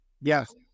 Yes